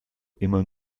immer